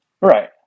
Right